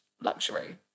luxury